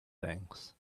things